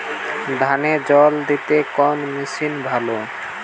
ধানে জল দিতে কোন মেশিন ভালো?